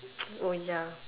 oh ya